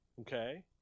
okay